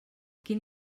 quin